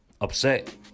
upset